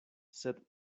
sed